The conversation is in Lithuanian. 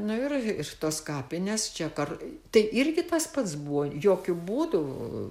nu ir iš tos kapinės čia kar tai irgi tas pats buvo jokiu būdu